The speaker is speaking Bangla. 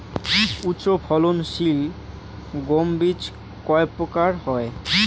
উচ্চ ফলন সিল গম বীজ কয় প্রকার হয়?